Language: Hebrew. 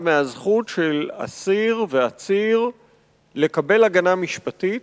מהזכות של אסיר ועציר לקבל הגנה משפטית,